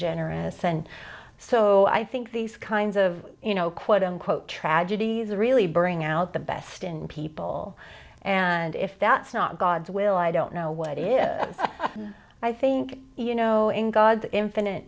generous and so i think these kinds of you know quote unquote tragedies really bring out the best in people and if that's not god's will i don't know what is i think you know in god's infinite